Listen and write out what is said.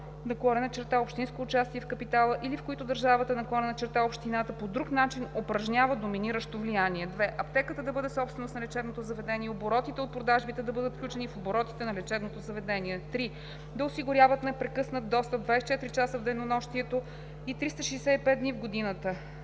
на сто държавно/общинско участие в капитала или в които държавата/общината по друг начин упражнява доминиращо влияние; 2. аптеката да бъде собственост на лечебното заведение и оборотите от продажбите да бъдат включени в оборотите на лечебното заведение; 3. да осигуряват непрекъснат достъп 24 часа в денонощието и 365 дни в годината.“